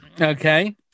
Okay